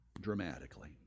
dramatically